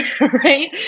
right